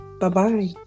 Bye-bye